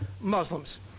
Muslims